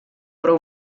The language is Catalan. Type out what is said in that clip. prou